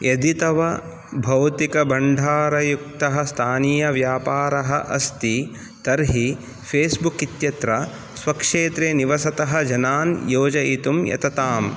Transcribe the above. यदि तव भौतिकभण्डारयुक्तः स्थानीयव्यापारः अस्ति तर्हि फेस्बुक् इत्यत्र स्वक्षेत्रे निवसतः जनान् योजयितुं यतताम्